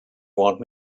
want